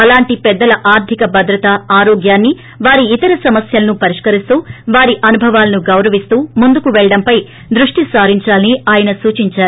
అలాంటి పెద్దల ఆర్థిక భద్రత ఆరోగ్యాన్ని వారి ఇతర సమస్యలను పరిష్కరిస్తూ వారి అనుభవాలను గౌరవిస్తూ ముందుకు వెళ్లడంపై దృష్టిసారించాలని ఆయన సూచించారు